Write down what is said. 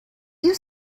you